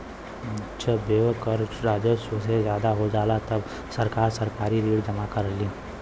जब व्यय कर राजस्व से ज्यादा हो जाला तब सरकार सरकारी ऋण जमा करलीन